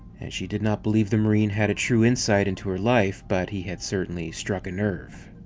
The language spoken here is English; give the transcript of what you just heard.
and she did not believe the marine had a true insight into her life but he had certainly struck a nerve.